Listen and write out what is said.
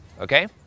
Okay